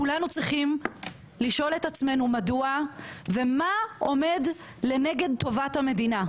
כולנו צריכים לשאול את עצמנו מדוע ומה עומד לנגד טובת המדינה?